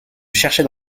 cherchait